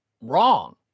wrong